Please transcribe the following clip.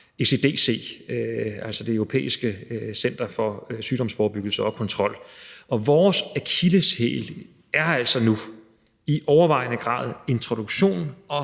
ECDC, altså Det Europæiske Center for Forebyggelse af og Kontrol med Sygdomme. Vores akilleshæl er altså nu i overvejende grad introduktion og